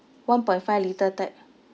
one point five litre type